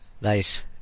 Nice